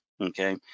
okay